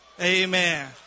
Amen